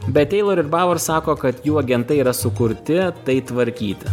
bet teilor ir bavor ako kad jų agentai yra sukurti tai tvarkyti